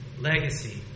legacy